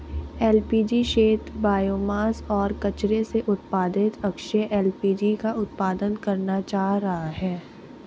LPG क्षेत्र biomass और कचरे से उत्पादित अक्षय एल.पी.जी का उत्पादन करना चाह रहा है